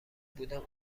بودم